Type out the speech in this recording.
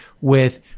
with-